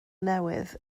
newydd